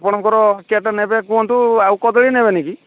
ଆପଣଙ୍କର କେତେ ନେବେ କୁହନ୍ତୁ ଆଉ କଦଳୀ ନେବେନି କି